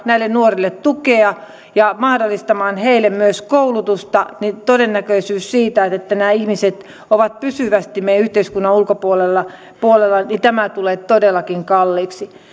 näille nuorille tukea ja mahdollistamaan heille myös koulutusta niin se todennäköisyys että nämä ihmiset ovat pysyvästi meidän yhteiskunnan ulkopuolella tulee todellakin kalliiksi